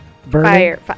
Fire